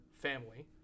family